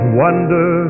wonder